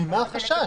ממה החשש?